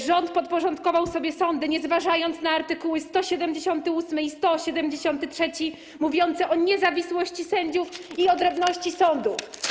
Rząd podporządkował sobie sądy, nie zważając na art. 178 i art. 173 mówiące o niezawisłości sędziów i odrębności sądów.